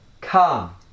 Come